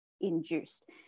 induced